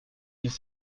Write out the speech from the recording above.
n’est